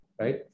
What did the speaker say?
right